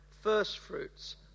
firstfruits